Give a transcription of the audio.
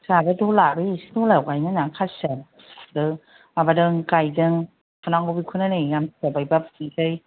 जोंहाबो दहला बै एसे दहलायाव गायनो होननानै खासिया माबादों गायदों फुनांगौ बेखौनो नै आमथिसुवा बायबा फुनोसै